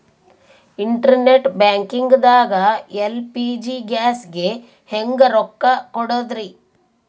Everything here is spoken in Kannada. ಇಂಟರ್ನೆಟ್ ಬ್ಯಾಂಕಿಂಗ್ ದಾಗ ಎಲ್.ಪಿ.ಜಿ ಗ್ಯಾಸ್ಗೆ ಹೆಂಗ್ ರೊಕ್ಕ ಕೊಡದ್ರಿ?